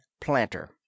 Planter